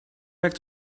back